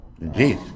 Indeed